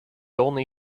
only